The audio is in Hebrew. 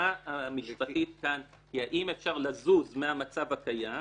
השאלה המשפטית כאן היא האם אפשר לזוז מהמצב הקיים